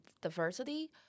diversity